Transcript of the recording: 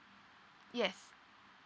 yes